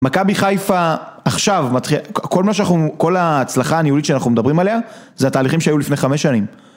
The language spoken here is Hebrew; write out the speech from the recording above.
מכבי חיפה עכשיו כל ההצלחה הניהולית שאנחנו מדברים עליה זה התהליכים שהיו לפני חמש שנים